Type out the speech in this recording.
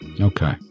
Okay